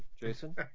Jason